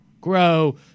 grow